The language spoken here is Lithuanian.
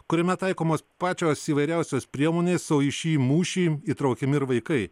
kuriame taikomos pačios įvairiausios priemonės o į šį mūšį įtraukiami ir vaikai